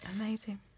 amazing